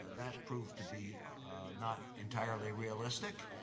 that proved to be not entirely realistic.